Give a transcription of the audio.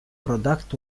product